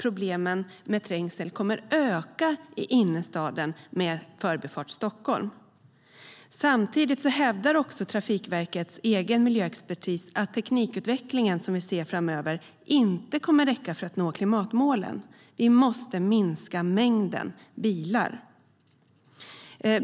Problemen med trängsel i innerstaden kommer alltså att öka med Förbifart Stockholm. Samtidigt hävdar Trafikverkets egen miljöexpertis att teknikutvecklingen framöver inte kommer att räcka för att vi ska nå klimatmålen. Vi måste minska mängden bilar.